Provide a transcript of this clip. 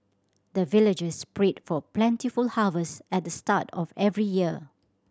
the villagers pray for plentiful harvest at the start of every year